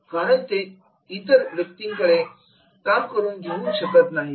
कारण ते इतर व्यक्तींकडे काम करून घेऊ शकत नाहीत